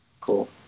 Cool